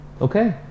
okay